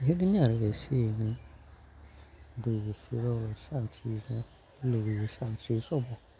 बेफोरबायदिनो आरो एसे एनै दै गुसुफोराव सानस्रिनो लुबैब्ला सानस्रियो समाव